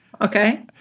okay